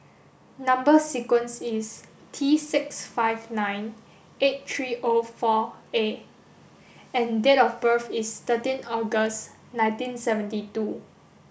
number sequence is T six five nine eight three O four A and date of birth is thirteen August nineteen seventy two